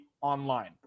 online